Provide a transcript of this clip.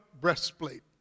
breastplate